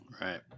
Right